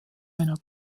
einer